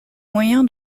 moyen